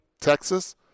Texas